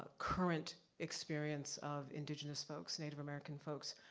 current experience of indigenous folks, native american folks.